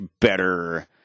better